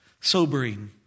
sobering